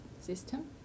system